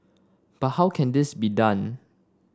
but how can this be done